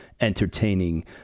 entertaining